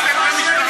הרסתם את המשטרה.